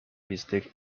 mistake